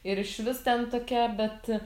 ir išvis ten tokia bet